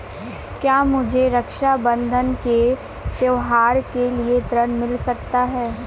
क्या मुझे रक्षाबंधन के त्योहार के लिए ऋण मिल सकता है?